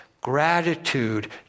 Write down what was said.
gratitude